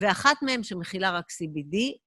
ואחת מהן שמכילה רק CBD.